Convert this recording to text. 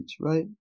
right